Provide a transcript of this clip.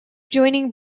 joining